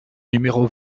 numéro